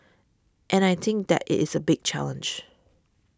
and I think that it is a big challenge